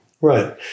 Right